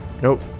Nope